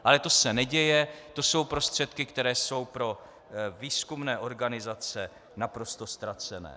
Ale to se neděje, to jsou prostředky, které jsou pro výzkumné organizace naprosto ztracené.